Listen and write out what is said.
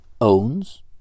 owns